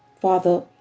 Father